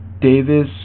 Davis